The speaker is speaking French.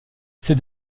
ces